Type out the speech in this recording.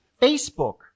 facebook